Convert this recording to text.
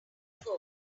ago